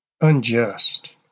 unjust